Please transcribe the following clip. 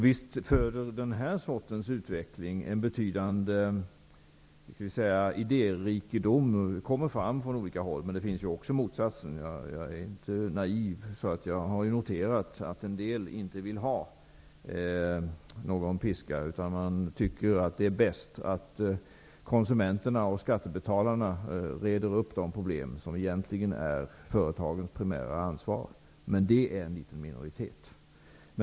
Visst föder en utveckling av det här slaget ett stort antal idéer -- en betydande idérikedom demonstreras från olika håll -- men det finns ju också exempel på motsatsen. Jag är inte naiv; jag har noterat att en del inte vill ha någon piska utan tycker att det är bäst att konsumenterna och skattebetalarna reder ut de problem som det egentligen är företagens primära ansvar att lösa. Men det är en liten minoritet.